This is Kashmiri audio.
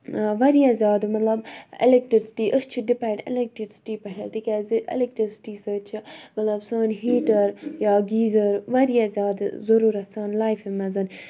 واریاہ زیادٕ مطلب اَلیکٹرسِٹی أسی چھِ ڈِپٮ۪نڈ اَلیکٹرسِٹی پٮ۪ٹھ تِکیازِ اَلیکٹرسِٹی سۭتۍ چھِ مطلب سٲنۍ ہیٖٹَر یا گیٖزَر واریاہ زیادٕ ضروٗرتھ آسان لایفہِ مَنٛز